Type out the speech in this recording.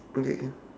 okay ya